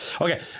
Okay